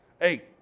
eight